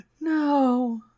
No